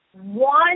one